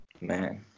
man